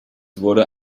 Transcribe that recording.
wurde